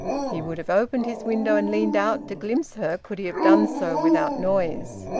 he would have opened his window and leaned out to glimpse her, could he have done so without noise.